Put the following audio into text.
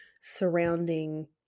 surrounding